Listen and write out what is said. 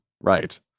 right